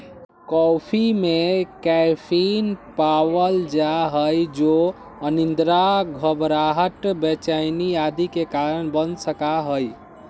coffee में caffeine पावल जा हई जो अनिद्रा, घबराहट, बेचैनी आदि के कारण बन सका हई